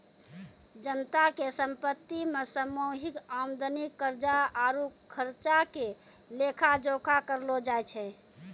जनता के संपत्ति मे सामूहिक आमदनी, कर्जा आरु खर्चा के लेखा जोखा करलो जाय छै